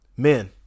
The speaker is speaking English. Men